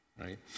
right